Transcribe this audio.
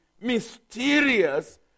mysterious